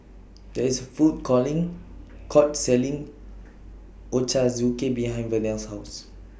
There IS A Food calling Court Selling Ochazuke behind Vernell's House